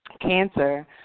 Cancer